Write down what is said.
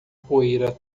poeira